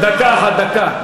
דקה אחת, דקה.